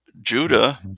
Judah